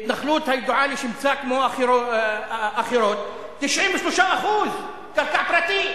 התנחלות הידועה לשמצה כמו אחרות, 93% קרקע פרטית.